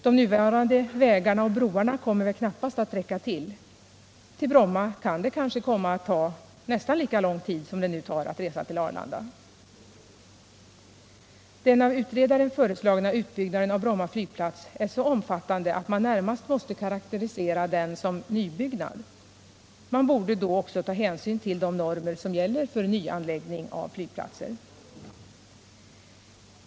De nuvarande vägarna och broarna kommer väl knappast att räcka till. Till Bromma kan det kanske komma att ta nästan lika lång tid som det nu tar att resa till Arlanda. Den av utredaren föreslagna utbyggnaden av Bromma flygplats är så omfattande att man närmast måste karakterisera den som en nybyggnad. Man borde då också ta hänsyn till de normer som gäller för nyanläggning av flygplatser.